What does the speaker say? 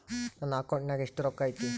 ನನ್ನ ಅಕೌಂಟ್ ನಾಗ ಎಷ್ಟು ರೊಕ್ಕ ಐತಿ?